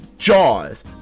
Jaws